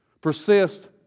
Persist